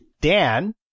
Dan